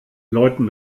leuten